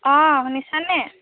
অঁ শুনিছনে